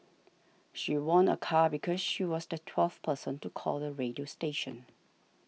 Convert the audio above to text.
she won a car because she was the twelfth person to call the radio station